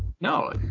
no